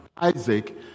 Isaac